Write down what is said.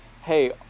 hey